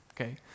okay